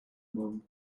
mum